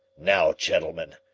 now, gentlemen,